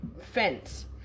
fence